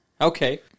Okay